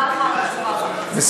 תודה לך על התשובה, אדוני.